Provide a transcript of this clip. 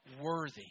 worthy